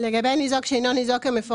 לגבי ניזוק שהוא קבלן